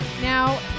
Now